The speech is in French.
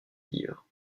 livre